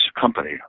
company